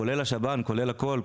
כולל השב"ן כולל הכול,